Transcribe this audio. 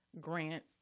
Grant